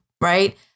right